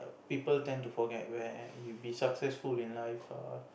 people tend to forgot where you be successful in life ah